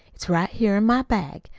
it's right here in my bag.